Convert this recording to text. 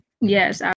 Yes